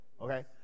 okay